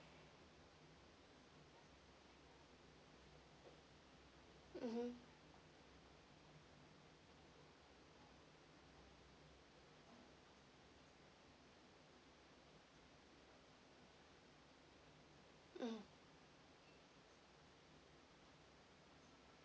mmhmm mm